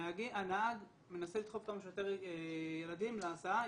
הנהג מנסה לדחוף כמה שיותר ילדים להסעה.